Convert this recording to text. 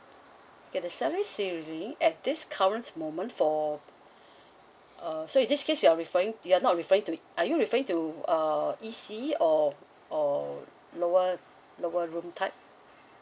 okay the selling series at this current moment for uh so in this case you're referring you're not referring to are you referring to uh E_C or or lower lower room type